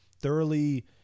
thoroughly